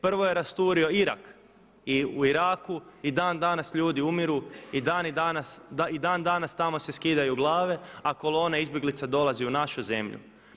Prvo je rasturio Irak i u Iraku i dan danas ljudi umiru i dan danas tamo se skidaju glave, a kolone izbjeglica dolaze u našu zemlju.